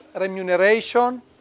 remuneration